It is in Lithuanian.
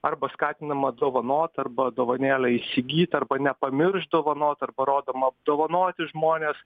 arba skatinama dovanot arba dovanėlę įsigyt arba nepamiršt dovanot arba rodoma apdovanoti žmones